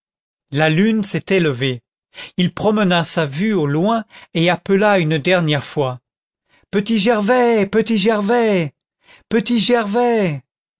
la lune s'était levée il promena sa vue au loin et appela une dernière fois